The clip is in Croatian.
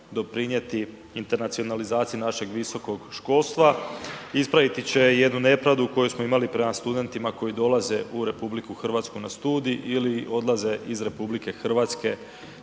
doprinijeti internacionalizaciji našeg visokog školstva, ispraviti že jednu nepravdu koju smo imali prema studentima koji dolaze u RH na studij ili odlaze iz RH studirati